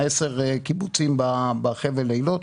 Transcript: עשרה קיבוצים בחבל אילות,